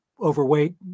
overweight